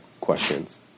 questions